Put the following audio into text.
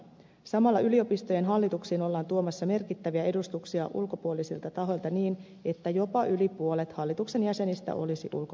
samalla yliopistojen hallituksiin ollaan tuomassa merkittäviä edustuksia ulkopuolisilta tahoilta niin että jopa yli puolet hallituksen jäsenistä olisi ulkopuolisia